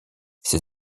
ses